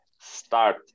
start